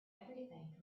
everything